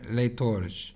leitores